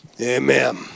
Amen